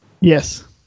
Yes